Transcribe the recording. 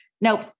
nope